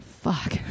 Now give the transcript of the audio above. Fuck